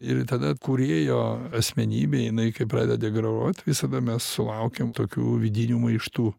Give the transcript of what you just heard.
ir tada kūrėjo asmenybė jinai kai pradeda degraruot visada mes sulaukiam tokių vidinių maištų